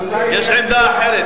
יש עמדה אחרת.